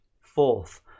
fourth